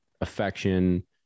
affection